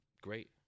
great